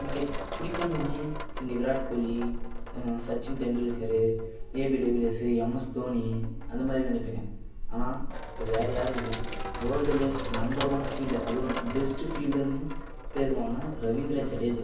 நீங்கள் பிடிக்குன்னோன்னே நீங்கள் விராட்கோலி சச்சின் டெண்டுல்கர் ஏபிடபுள்யூஎஸ்ஸு எம்எஸ் தோனி அந்த மாதிரி நினைப்பிங்க ஆனால் அது வேறு யாரும் இல்லை வோர்ல்டுலேயே நம்பர் ஒன் ஃபீல்டர் அதுவும் நம்ம பெஸ்ட்டு ஃபீல்டர்னு பேர் வாங்கின ரவீந்திர ஜடேஜா